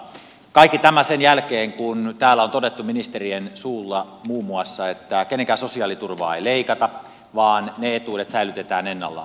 kaikki tämä sen jälkeen kun täällä on todettu ministerien suulla muun muassa että kenenkään sosiaaliturvaa ei leikata vaan ne etuudet säilytetään ennallaan